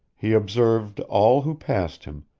he observed all who passed him,